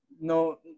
No